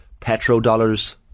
petrodollars